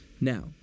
now